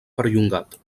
perllongat